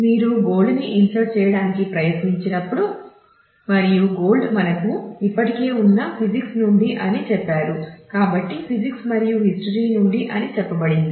మీరు గోల్డ్ ఉన్నాయి